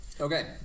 Okay